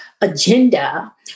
agenda